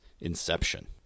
Inception